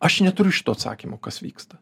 aš neturiu šito atsakymo kas vyksta